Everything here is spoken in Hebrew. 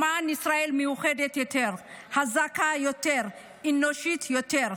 למען ישראל מאוחדת יותר, חזקה יותר, אנושית יותר.